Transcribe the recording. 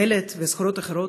מלט וסחורות אחרות,